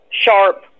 sharp